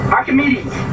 Archimedes